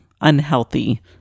unhealthy